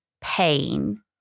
pain